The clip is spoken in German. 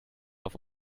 auf